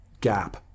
gap